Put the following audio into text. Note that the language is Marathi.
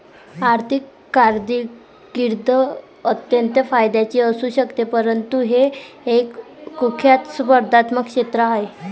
आर्थिक कारकीर्द अत्यंत फायद्याची असू शकते परंतु हे एक कुख्यात स्पर्धात्मक क्षेत्र आहे